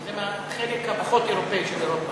זה מהחלק הפחות-אירופי של אירופה.